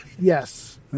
Yes